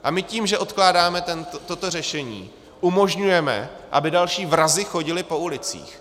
A my tím, že odkládáme toto řešení, umožňujeme, aby další vrazi chodili po ulicích.